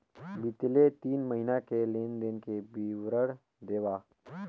बितले तीन महीना के लेन देन के विवरण देवा?